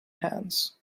hands